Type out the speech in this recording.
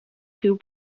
two